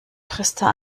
trister